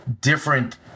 different